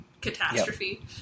catastrophe